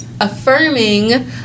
affirming